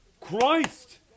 Christ